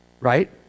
right